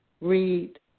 read